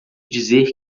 dizer